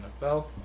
NFL